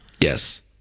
Yes